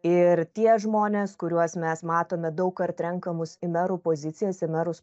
ir tie žmonės kuriuos mes matome daug kart renkamus į merų pozicijas į merus